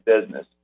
business